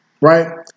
right